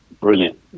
brilliant